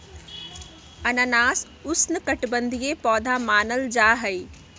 अनानास उष्णकटिबंधीय पौधा मानल जाहई